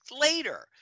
later